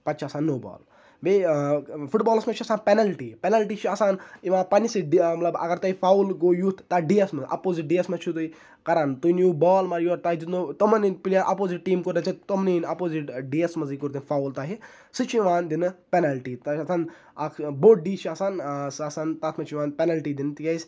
پَتہٕ چھِ آسان نو بال بیٚیہِ فُٹ بالَس مَنٛز چھِ آسان پیٚنَلٹی پیٚنَلٹی چھِ آسان یِوان پَننِسٕے مَطلَب اَگَر تۄہہِ فَوُل گوٚو یُتھ تَتھ ڈی یَس مَنٛز اَپوزِٹ ڈی یَس مَنٛز چھو تُہۍ کَران تُہۍ نِیو بال مگر یورِ تۄہہِ دِنو تِمَن ہنٛدۍ پِلیر اَپوزِت ٹیٖم کوٚر نے ژےٚ تمنٕے ین اَپوزِٹ ڈی یَس مَنٛز کوٚر تٔمۍ تۄہہِ فَوُل تۄہہِ سُہ چھُ یِوان دِنہٕ پیٚنَلٹی تَتتھن اَکھ بوٚڑ ڈی چھُ آسان سُہ آسان تَتھ مَنٛز چھِ یِوان پیٚنَلٹی دِنہٕ تکیازِ